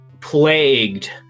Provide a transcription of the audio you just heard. plagued